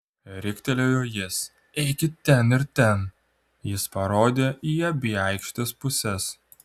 riktelėjo jis eikit ten ir ten jis parodė į abi aikštės puses